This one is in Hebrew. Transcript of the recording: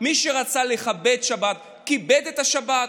מי שרצה לכבד שבת כיבד את השבת,